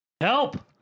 Help